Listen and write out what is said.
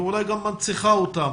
ואולי גם מנציחה אותם,